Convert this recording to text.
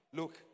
look